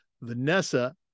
Vanessa